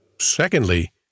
secondly